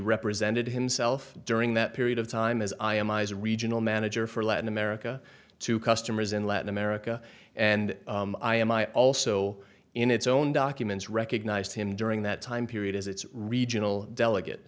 represented himself during that period of time as i am i's regional manager for latin america to customers in latin america and i am i also in its own documents recognized him during that time period as its regional delegate